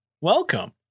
Welcome